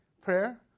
prayer